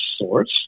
source